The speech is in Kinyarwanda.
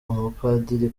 umupadiri